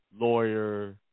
lawyer